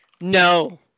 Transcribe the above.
No